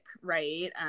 right